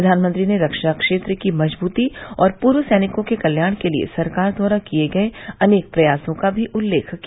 प्रधानमंत्री ने रक्षा क्षेत्र की मजबूती और पूर्व सैनिकों के कल्याण के लिए सरकार द्वारा किए गए अनेक प्रयासों का भी उल्लेख किया